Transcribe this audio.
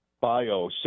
bio